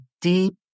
deep